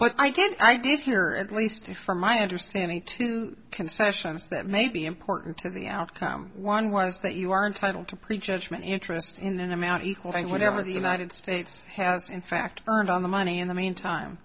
but i did i did hear or at least from my understanding two concessions that may be important to the outcome one was that you are entitle to prejudgment interest in an amount equal to whatever the united states has in fact turned on the money in the meantime